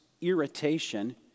irritation